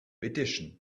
edition